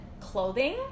clothing